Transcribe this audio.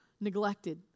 neglected